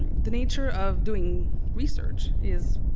the nature of doing research is,